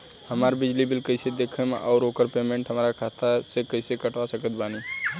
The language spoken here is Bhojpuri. हमार बिजली बिल कईसे देखेमऔर आउर ओकर पेमेंट हमरा खाता से कईसे कटवा सकत बानी?